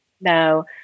No